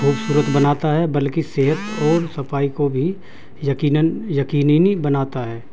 خوبصورت بناتا ہے بلکہ صحت اور صفائی کو بھی یقیناً یقینی بناتا ہے